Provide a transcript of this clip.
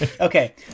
Okay